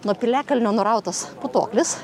nuo piliakalnio nurautas putoklis